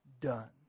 done